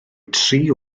tri